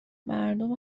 مردم